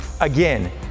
again